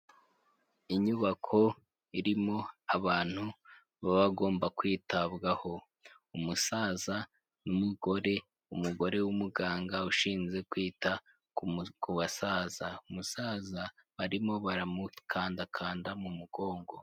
Inyubako irimo abantu baba bagomba kwitabwaho, umusaza n'umugore, umugore w'umuganga ushinzwe kwita ku basaza, umusaza barimo baramukandakanda mu mugongo.